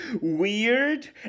weird